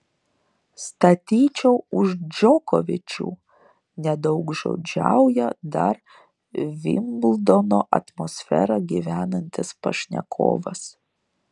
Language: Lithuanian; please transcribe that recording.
statyčiau už džokovičių nedaugžodžiauja dar vimbldono atmosfera gyvenantis pašnekovas